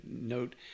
note